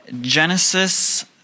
Genesis